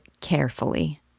carefully